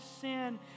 sin